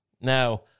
Now